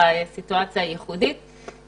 לגבי סוגיית הגירעון התקציבי של העיר אילת: